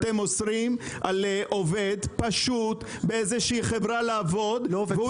אתם אוסרים על עובד פשוט באיזושהי חברה לעבוד והוא